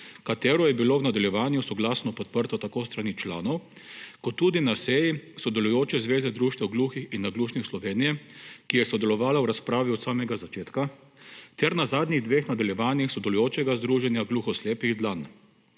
katero je bilo v nadaljevanju soglasno podprto tako s strani članov kot tudi na seji sodelujoče Zveze društev gluhih in naglušnih Slovenije, ki je sodelovala v razpravi od samega začetka, ter na zadnjih dveh nadaljevanjih sodelujočega Združenja gluhoslepih Dlan.